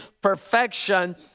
perfection